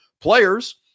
players